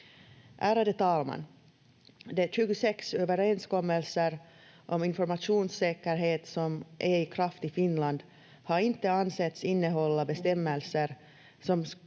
Ärade talman! De 26 överenskommelser om informationssäkerhet som är i kraft i Finland har inte ansetts innehålla bestämmelser